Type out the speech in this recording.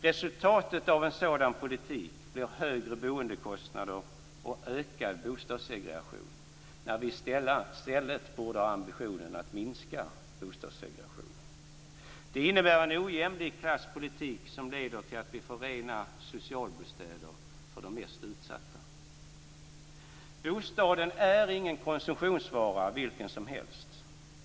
Resultatet av en sådan politik blir högre boendekostnader och ökad bostadssegregation när vi i stället borde ha ambitionen att minska bostadssegregationen. Det innebär en ojämlik klasspolitik som leder till att vi får rena socialbostäder för de mest utsatta. Bostaden är ingen konsumtionsvara vilken som helst.